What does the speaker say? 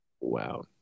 wow